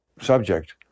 Subject